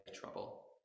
trouble